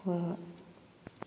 ꯍꯣꯏ ꯍꯣꯏ